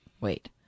wait